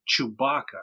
Chewbacca